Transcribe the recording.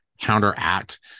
counteract